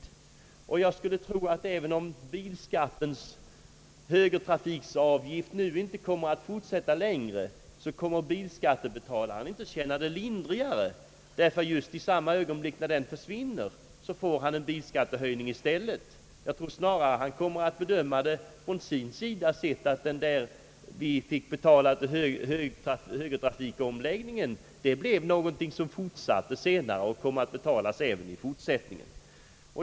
Jag skulle t.ex. tro att även om bilskattens högertrafikavgift nu inte kommer att fortsätta längre, så kommer bilskattebetalarna inte att känna det lindrigare, ty just i samma ögonblick som den försvinner får de en bilskattehöjning i stället. Jag tror snarare att de kommer att bedöma det på det sättet att det som de fick betala för högertrafikomläggningen blev något som fortsatte senare och som kommer att betalas även i fortsättningen.